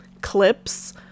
clips